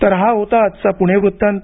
तर हा होता आजचा पुणे वृत्तांत